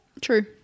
true